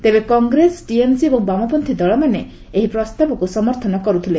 ତେବେ କଂଗ୍ରେସ ଟିଏମ୍ସି ଏବଂ ବାମପନ୍ତ୍ରୀ ଦଳମାନେ ଏହି ପ୍ରସ୍ତାବକୁ ସମର୍ଥନ କରୁଥିଲେ